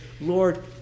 Lord